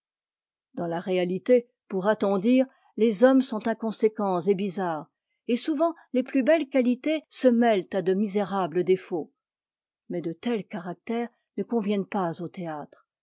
dans la réalité pourra-t-on dire les hommes sont inconséquents et bizarres et souvent les plus belles qualités se mêlent à de misérables défauts mais de tels caractères ne conviennent pas au théâtre